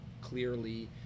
clearly